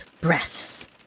breaths